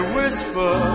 whisper